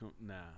Nah